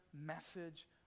message